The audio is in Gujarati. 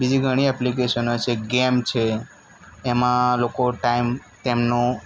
બીજી ઘણી એપ્લિકેસન હોય છે ગેમ છે એમાં લોકો ટાઈમ તેમનો